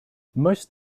most